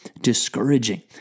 discouraging